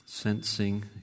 Sensing